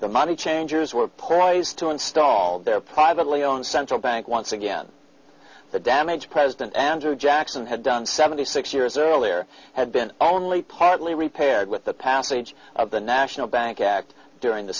the money changers were poised to install their privately owned central bank once again the damage president andrew jackson had done seventy six years earlier had been only partly repaired with the passage of the national bank act during the